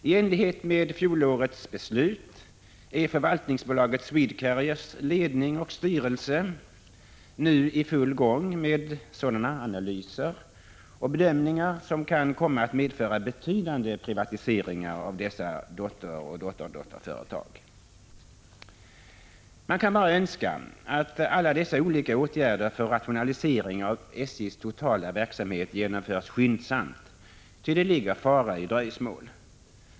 I enlighet med fjolårets beslut är förvaltningsbolaget Swedcarriers ledning och styrelse nu i full gång med sådana analyser och bedömningar som kan komma att medföra betydande privatiseringar av dessa dotteroch dotterdotterföretag. Man kan bara önska att alla dessa olika åtgärder för rationalisering av SJ:s totala verksamhet genomförs skyndsamt, ty det ligger fara i dröjsmål.